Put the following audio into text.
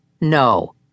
no